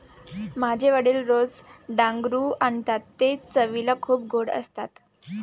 माझे वडील रोज डांगरू आणतात ते चवीला खूप गोड असतात